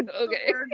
Okay